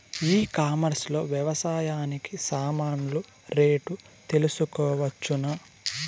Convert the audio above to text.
ఈ కామర్స్ లో వ్యవసాయానికి సామాన్లు రేట్లు తెలుసుకోవచ్చునా?